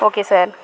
okay sir